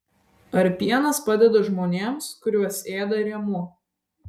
ar pienas padeda žmonėms kuriuos ėda rėmuo